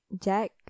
jack